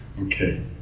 Okay